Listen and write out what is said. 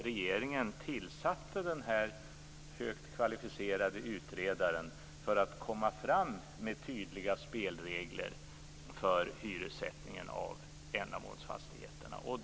Regeringen tillsatte den högt kvalificerade utredaren för att komma fram med tydliga spelregler för hyressättningen av ändamålsfastigheterna.